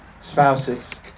Spouses